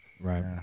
Right